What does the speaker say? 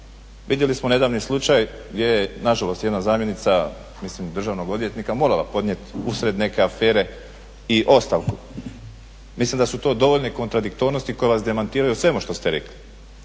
Vidjeli smo nedavni slučaj gdje je nažalost jedna zamjenica mislim državnog odvjetnika morala podnijeti usred neke afere i ostavku. Mislim da su to dovoljne kontradiktornosti koje vas demantiraju u svemu što ste rekli